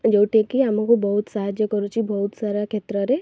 ଯେଉଁଟାକି ଆମକୁ ବହୁତ ସାହାଯ୍ୟ କରୁଛି ବହୁତ ସାରା କ୍ଷେତ୍ରରେ